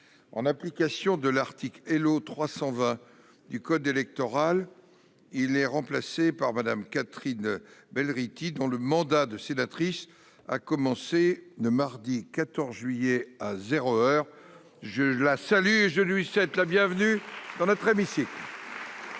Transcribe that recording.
En application de l'article L.O. 320 du code électoral, il est remplacé par Mme Catherine Belrhiti, dont le mandat de sénatrice a commencé mardi 14 juillet, à zéro heure. Je la salue et lui souhaite la bienvenue dans notre hémicycle.